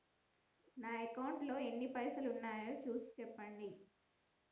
నా అకౌంట్లో ఎన్ని పైసలు ఉన్నాయి చూసి చెప్పండి?